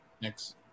next